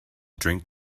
drink